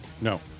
no